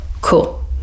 Cool